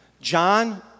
John